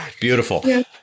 Beautiful